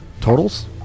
Totals